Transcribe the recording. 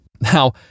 Now